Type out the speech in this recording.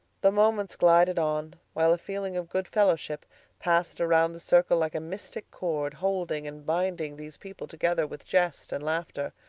the moments glided on, while a feeling of good fellowship passed around the circle like a mystic cord, holding and binding these people together with jest and laughter.